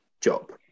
job